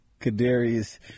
Kadarius